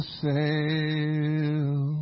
sail